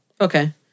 Okay